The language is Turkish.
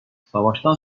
savaştan